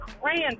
grand